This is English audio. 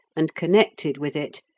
and connected with it,